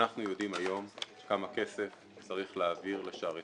אנחנו יודעים היום כמה כסף צריך להעביר לשערי